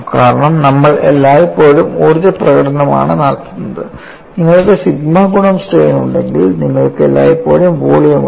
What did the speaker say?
കാരണം നമ്മൾ എല്ലായ്പ്പോഴും ഊർജ്ജപ്രകടനമാണ് കാണുന്നത് നിങ്ങൾക്ക് സിഗ്മ ഗുണം സ്ട്രെയിൻ ഉണ്ടെങ്കിൽ നിങ്ങൾക്ക് എല്ലായ്പ്പോഴും വോളിയം ഉണ്ട്